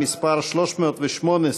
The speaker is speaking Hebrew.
נתניהו אז: "ראש הממשלה,